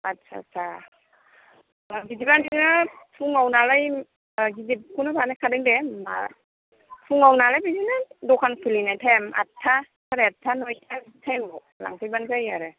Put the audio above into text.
आच्चा आच्चा बिदिबा नोङो फुङाव नालाय गिदिरखौनो बानायखादों दे होनबा फुङावनालाय बिदिनो दखान खुलिनाय टाइम आदता साराय आदता नौता बिदि टाइम आव लांफैबानो जायो आरो